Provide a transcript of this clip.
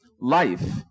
Life